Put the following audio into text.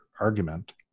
argument